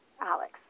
Alex